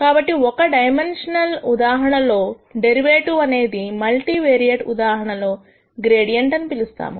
కాబట్టి ఒక డైమన్షనల్ ఉదాహరణల లో డెరివేటివ్ అనేది మల్టీవేరియేట్ ఉదాహరణలో గ్రేడియంట్ అని పిలుస్తాము